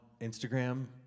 Instagram